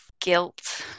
guilt